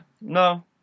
no